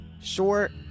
short